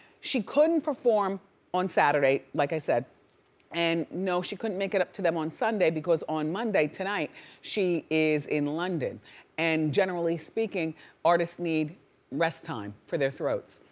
she couldn't perform on saturday like i said and no she couldn't make it up to them on sunday because on monday, tonight she is in london and generally speaking artists need rest time for their throats.